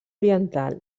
oriental